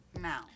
now